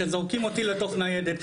שזורקים אותי לתוך ניידת.